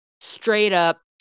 straight-up